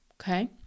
Okay